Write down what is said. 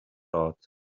thought